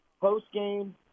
post-game